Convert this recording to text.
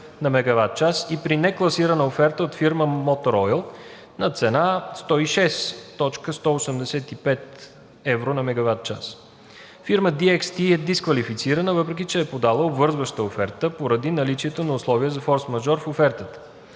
за мегаватчас, и при некласирана оферта от фирма „Мотор Ойл“ на цена 106,185 евро за мегаватчас. Фирма DXT е дисквалифицирана, въпреки че е подала обвързваща оферта, поради наличието на условие за форсмажор в офертата,